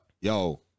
Yo